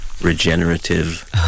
regenerative